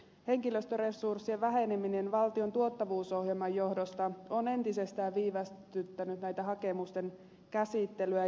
henkilöstöresurssien väheneminen valtion tuottavuusohjelman johdosta on entisestään viivästyttänyt näiden hakemusten käsittelyä